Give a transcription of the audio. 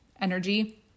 energy